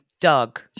Doug